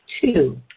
Two